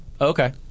Okay